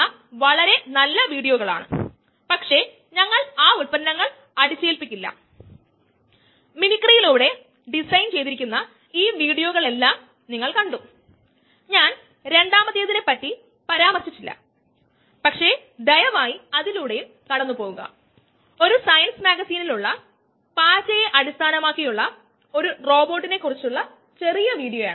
അതിനാൽ നമുക്ക് ഈ വശങ്ങൾ താൽപ്പര്യമുണ്ടെങ്കിൽ ഈ സമയ പരിധി പിന്നെ നമുക്ക് പറയാം എൻസൈം സബ്സ്ട്രേറ്റ് കോംപ്ലക്സിന്റെ ശേഖരണ നിരക്ക് പൂജ്യമാണ് കാരണം ഇത് അടിഞ്ഞുകൂടുകയാണെങ്കിൽ അത് ഒന്നുകിൽ താഴോട്ട് പോകണം ക്ഷമിക്കണം അത് ഒന്നുകിൽ മുകളിലേക്ക് പോകണം അല്ലെങ്കിൽ താഴേക്ക് പോകണം അത് ഇവിടെ സംഭവിക്കുന്നില്ല അതിനാൽ ഇത് പൂജ്യത്തിന് തുല്യമായി കണക്കാക്കാം